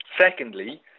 Secondly